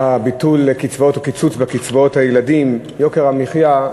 הביטול או הקיצוץ בקצבאות הילדים, יוקר המחיה.